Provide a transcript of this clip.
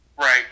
Right